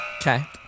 Okay